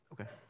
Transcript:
Okay